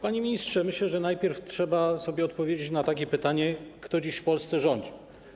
Panie ministrze, myślę, że najpierw trzeba sobie odpowiedzieć na pytanie, kto dziś w Polsce rządzi.